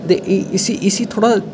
ते इसी इसी थोह्ड़ा